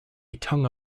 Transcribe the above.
tongue